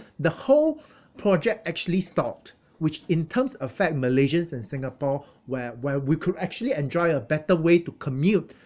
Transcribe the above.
the whole project actually stopped which in terms affect malaysians and singapore where where we could actually enjoy a better way to commute